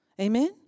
Amen